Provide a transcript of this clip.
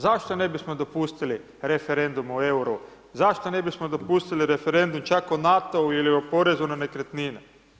Zašto ne bismo dopustili referendum o EUR-u, zašto ne bismo dopustili referendum čak o NATO-u ili o porezu na nekretnine?